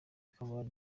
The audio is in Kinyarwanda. kabale